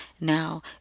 now